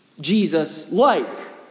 Jesus-like